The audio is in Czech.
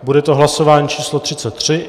Bude to hlasování číslo 33.